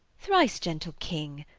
thrice gentle king,